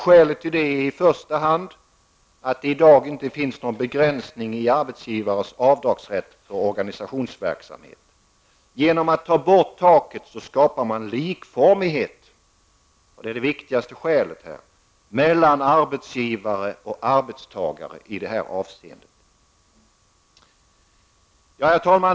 Skälet till det är i första hand att det inte i dag finns någon begränsning i arbetsgivares avdragsrätt för organisationsverksamhet. Genom att ta bort taket skapas likformighet -- det är det viktigaste skälet -- mellan arbetsgivare och arbetstagare i detta avseende. Herr talman!